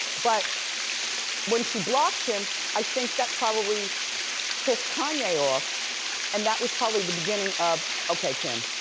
but when she blocked him, i think that probably pissed kanye off and that was probably the beginning of, okay, kim,